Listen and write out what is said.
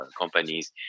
companies